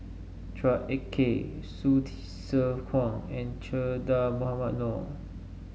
Chua Ek Kay Hsu Tse Kwang and Che Dah Mohamed Noor